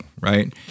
right